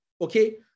okay